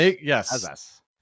Yes